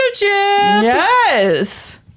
Yes